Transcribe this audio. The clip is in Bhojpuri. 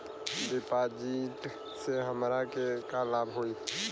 डिपाजिटसे हमरा के का लाभ होई?